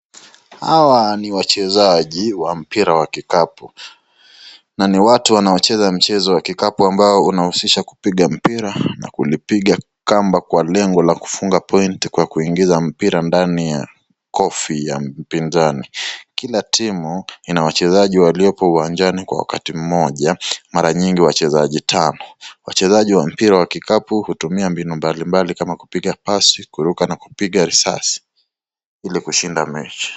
Hawa ni wachezaji wa mpira wa kikapu na ni watu wanaocheza mchezo wa kikapu unaohusisha kupiga mpira na kulipiga kamba kwa lengo la kufunga pointi na kuingiza mpira ndani ya kofi ya mpinzani. Kila timu ina wachezaji waliopo uwanjani kwa wakati moja. Mara nyingi wachezaji wa kikapu hutumia mbinu mbali mbali kama kupiga pasi kuruka na kupiga risasi ili kushinda mechi.